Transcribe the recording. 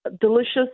delicious